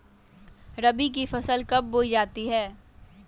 रबी की फसल कब बोई जाती है?